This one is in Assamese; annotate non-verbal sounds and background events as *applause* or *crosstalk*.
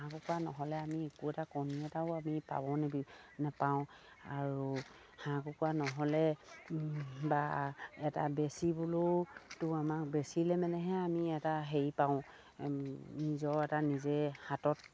হাঁহ কুকুৰা নহ'লে আমি একো এটা কণী এটাও আমি পাব *unintelligible* নাপাওঁ আৰু হাঁহ কুকুৰা নহ'লে বা এটা বেচিবলৈওতো আমাক বেচিলে মানেহে আমি এটা হেৰি পাওঁ নিজৰ এটা নিজে হাতত